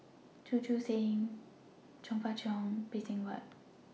Chu Chee Seng Chong Fah Cheong and Phay Seng Whatt